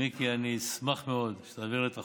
מיקי, אשמח מאוד שתעביר לי את החומר.